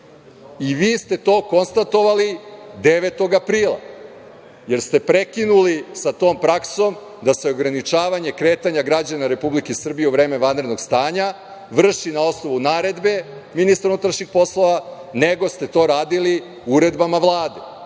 ste to konstatovali 9. aprila, jer ste prekinuli sa tom praksom da se ograničavanje kretanja građana Republike Srbije u vreme vanrednog stanja vrši na osnovu naredbe ministra unutrašnjih poslova, nego ste to radili uredbama Vlade.